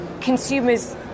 consumers